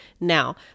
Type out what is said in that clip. Now